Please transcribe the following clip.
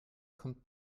kommt